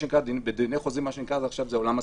בדיני חוזים מדברים על עולם הסיכול,